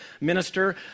minister